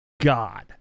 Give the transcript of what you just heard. god